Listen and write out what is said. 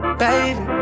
Baby